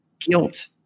guilt